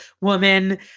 woman